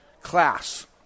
Class